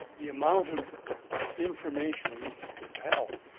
the amount of information we could compel